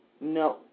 No